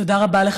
תודה רבה לך.